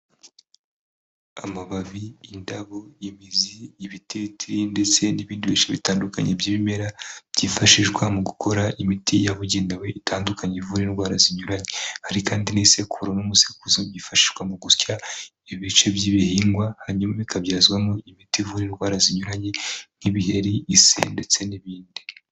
Amababi, indabo, imizi, ibititiri, ndetse n'ibindi byinshi bitandukanye by'ibimera, byifashishwa mu gukora imiti yabugenewe itandukanye, ivura indwara zinyuranye, hari kandi n'isekuru n'umusekuzo byifashishwa mu gusya ibice by'ibihingwa, hanyuma bikabyazwamo imiti ivura indwara zinyuranye, nk'ibiheri, ise, ndetse n'ibindi.